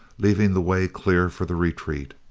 leaving the way clear for the retreat.